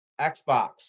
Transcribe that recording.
Xbox